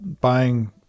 buying